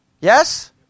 Yes